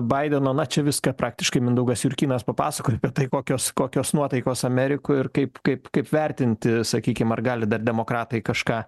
baideno na čia viską praktiškai mindaugas jurkynas papasakojo apie tai kokios kokios nuotaikos amerikoj ir kaip kaip kaip vertinti sakykim ar gali dar demokratai kažką